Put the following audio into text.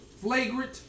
flagrant